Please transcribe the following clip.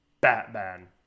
Batman